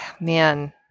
man